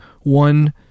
one